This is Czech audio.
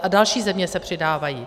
A další země se přidávají.